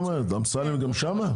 המים.